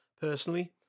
personally